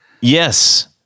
yes